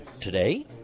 today